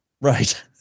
right